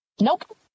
nope